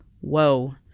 whoa